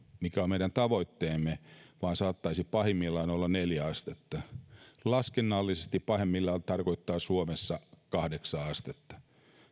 mikä on meidän tavoitteemme vaan saattaisi pahimmillaan olla neljä astetta ja se laskennallisesti pahimmillaan tarkoittaa suomessa kahdeksaa astetta